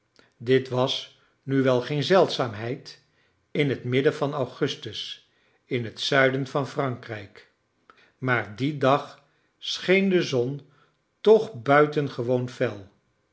dit was nu wel geen zeldzaamheid in het midden van augustus in het zuiden van frankrijk maar dien dag scheen de zon toch buitengewoon fel